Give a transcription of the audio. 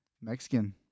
Mexican